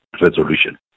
resolution